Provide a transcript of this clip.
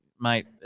mate